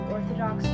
Orthodox